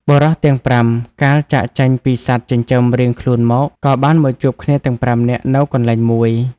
បុរសទាំង ៥ កាលចាកចេញពីសត្វចិញ្ចឹមរៀងខ្លួនមក ក៏បានមកជួបគ្នាទាំង ៥ នាក់នៅកន្លែងមួយ។